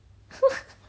ha